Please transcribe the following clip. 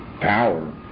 power